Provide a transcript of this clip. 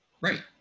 right